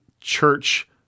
church